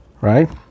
right